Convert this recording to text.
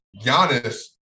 Giannis